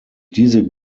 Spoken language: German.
diese